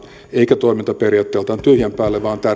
eikä toimintaperiaatteeltaan tyhjän päälle vaan tärkeätä on että